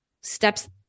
steps